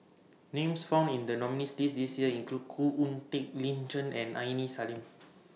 Names found in The nominees' list This Year include Khoo Oon Teik Lin Chen and Aini Salim